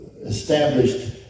established